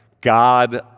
God